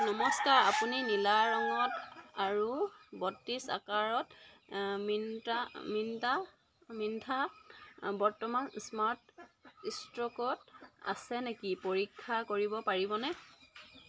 নমস্কাৰ আপুনি নীলা ৰঙত আৰু বত্ৰিছ আকাৰত মিন্ত্ৰাত বৰ্তমান স্মাৰ্ট ষ্টকত আছে নেকি পৰীক্ষা কৰিব পাৰিবনে